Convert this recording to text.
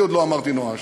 אני עוד לא אמרתי נואש.